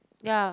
ya